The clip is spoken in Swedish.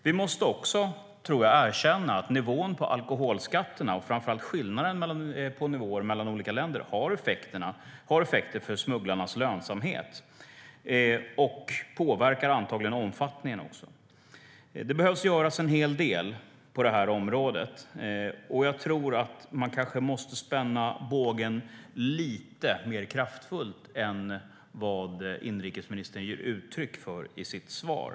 Vi måste också erkänna att nivån på alkoholskatterna och framför allt skillnaden mellan nivåer i olika länder har effekter för smugglarnas lönsamhet. Det påverkar antagligen också omfattningen. Det behöver göras en hel del på det här området. Man måste kanske spänna bågen lite mer kraftfullt än vad inrikesministern ger uttryck för i sitt svar.